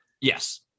Yes